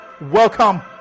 welcome